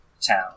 town